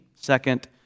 Second